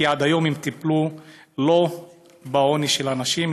כי עד היום הם טיפלו לא בעוני של האנשים,